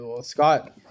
Scott